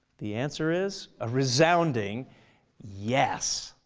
the answer is a resounding yes.